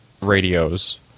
radios